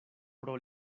pro